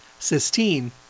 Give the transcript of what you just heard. cysteine